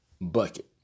bucket